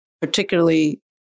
particularly